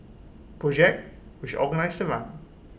project which organised the run